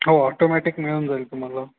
हो ऑटोमॅटिक मिळून जाईल तुम्हाला